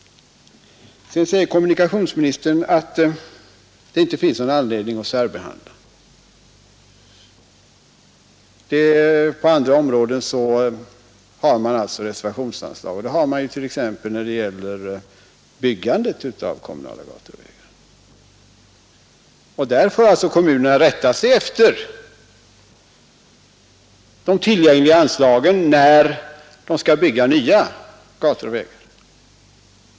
Kommunikationsministern säger att det inte finns någon anledning att särbehandla de olika väganslagen. Andra väganslag har betecknats som reservationsanslag, något som exempelvis är fallet när det gäller byggandet av kommunala gator och vägar. I detta fall får alltså kommunerna rätta sig efter det tillgängliga anslagen när de skall bygga nya gator och vägar.